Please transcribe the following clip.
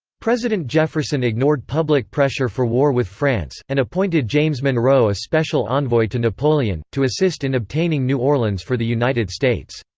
president jefferson ignored public pressure for war with france, and appointed james monroe a special envoy to napoleon, to assist in obtaining new orleans for the united states.